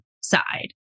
side